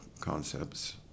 concepts